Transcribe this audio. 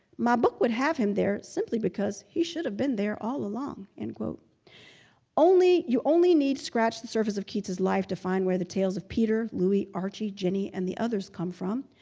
my book would have him there simply because he should have been there all along and you only need scratch the surface of keats's life to find where the tales of peter, louie, archie, jennie, and the others come from.